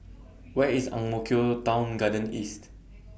Where IS Ang Mo Kio Town Garden East